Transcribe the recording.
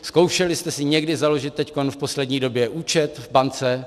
Zkoušeli jste si někdy založit teď v poslední době účet v bance?